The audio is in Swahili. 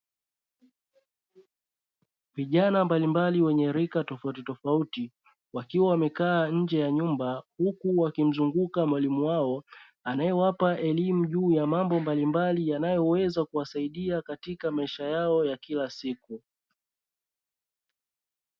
Vijana mbalimbali wenye rika tofauti tofauti wakiwa wamekaa nje ya nyumba, huku wakimzunguka mwalimu wao anayewapa elimu juu ya mambo mbalimbali yanayoweza kuwasaidia katika maisha yao ya kila siku.